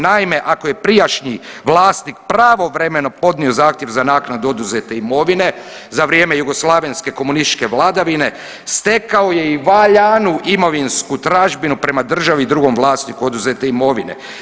Naime, ako je prijašnji vlasnik pravovremeno podnio zahtjev za naknadu oduzete imovine za vrijeme jugoslavenske komunističke vladavine stekao je i valjanu imovinsku tražbinu prema državi i drugom vlasniku oduzete imovine.